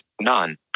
none